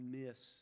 miss